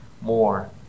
more